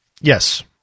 Yes